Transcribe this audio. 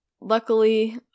luckily